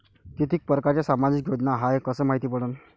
कितीक परकारच्या सामाजिक योजना हाय कस मायती पडन?